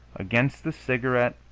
against the cigarette,